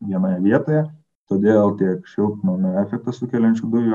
vienoje vietoje todėl tiek šiltnamio efektą sukeliančių dujų